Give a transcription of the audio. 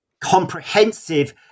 comprehensive